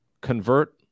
convert